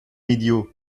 idiot